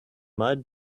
mud